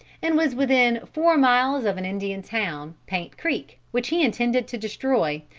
and was within four miles of an indian town, paint creek, which he intended to destroy,